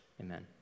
Amen